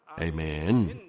Amen